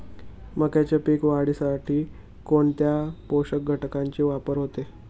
मक्याच्या पीक वाढीसाठी कोणत्या पोषक घटकांचे वापर होतो?